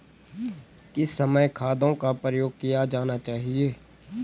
किस समय खादों का प्रयोग किया जाना चाहिए?